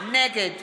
נגד